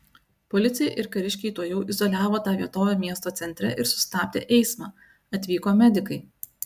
policija ir kariškiai tuojau izoliavo tą vietovę miesto centre ir sustabdė eismą atvyko medikai